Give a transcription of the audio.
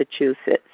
Massachusetts